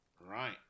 Right